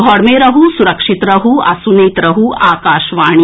घर मे रहू सुरक्षित रहू आ सुनैत रहू आकाशवाणी